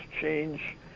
Change